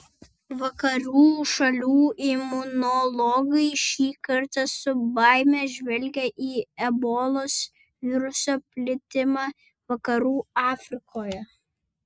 vakarų šalių imunologai šį kartą su baime žvelgė į ebolos viruso plitimą vakarų afrikoje